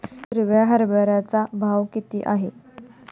हिरव्या हरभऱ्याचा भाव किती आहे?